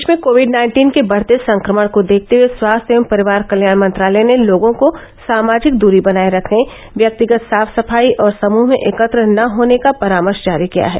देश में COVID nineteen के बढते संक्रमण को देखते हए स्वास्थ्य एवं परिवार कल्याण मंत्रालय ने लोगों को सामाजिक दरी बनाए रखने व्यक्तिगत साफ सफाई और समूह में एकत्र न होने का परामर्श जारी किया है